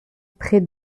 près